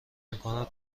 میکند